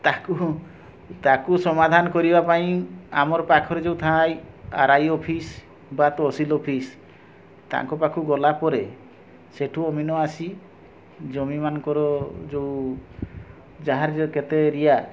ତାକୁ ତାକୁ ସମାଧାନ କରିବା ପାଇଁ ଆମର ପାଖରେ ଯେଉଁ ଥାଏ ଆର୍ ଆଇ ଅଫିସ୍ ବା ତହସିଲ୍ ଅଫିସ୍ ତାଙ୍କ ପାଖକୁ ଗଲାପରେ ସେଇଠୁ ଅମିନ୍ ଆସି ଜମିମାନଙ୍କର ଯେଉଁ ଯାହାର ଯେ କେତେ ଏରିଆ